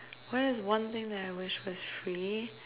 what is one thing that I wish was free